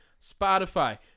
Spotify